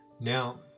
Now